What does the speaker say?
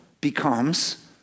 Becomes